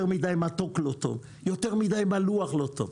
יותר מדי מתוק לא טוב, יותר מדי מלוח לא טוב.